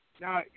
Now